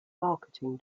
marketing